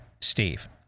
Steve